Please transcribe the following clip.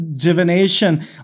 divination